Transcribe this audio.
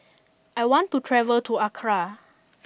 I want to travel to Accra